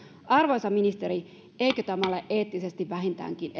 arvoisa ministeri eikö tämä ole eettisesti vähintäänkin